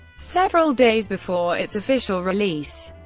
several days before its official release,